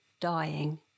dying